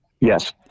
Yes